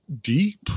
deep